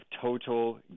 total